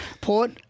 Port